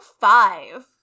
five